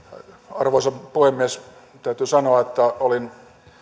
arvoisa puhemies täytyy sanoa että olin